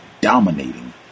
dominating